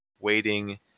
waiting